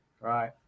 Right